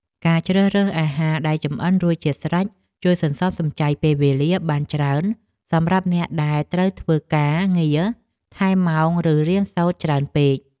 ការជ្រើសរើសអាហារដែលចម្អិនរួចជាស្រេចជួយសន្សំសំចៃពេលវេលាបានច្រើនសម្រាប់អ្នកដែលត្រូវធ្វើការងារថែមម៉ោងឬរៀនសូត្រច្រើនពេក។